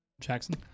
Jackson